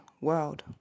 world